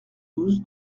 douze